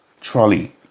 trolley